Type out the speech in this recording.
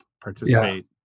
participate